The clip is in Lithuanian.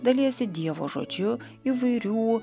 dalijasi dievo žodžiu įvairių